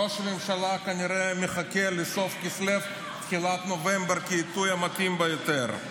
ראש הממשלה כנראה מחכה לסוף כסלו תחילת נובמבר כעיתוי המתאים ביותר.